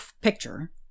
picture